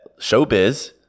showbiz